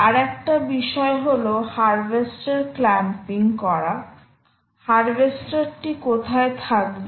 আর একটা বিষয় হলো হারভেস্টের ক্ল্যাম্পিং করা হারভেস্টার টি কোথায় থাকবে